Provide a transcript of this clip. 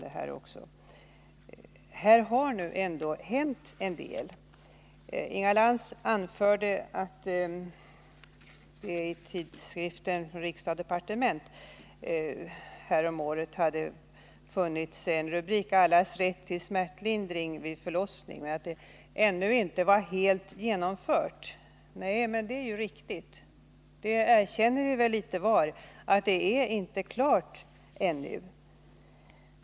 Det har dock hänt en del på detta område. Inga Lantz anförde att det i tidskriften Från Riksdag & Departement häromåret hade funnits en rubrik om allas rätt till smärtlindring vid förlossning och konstaterade att detta mål ännu inte var helt uppnått. Det är ju riktigt — det erkänner vi väl litet var.